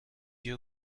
your